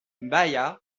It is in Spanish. vaya